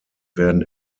werden